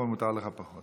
אבל מותר לך פחות.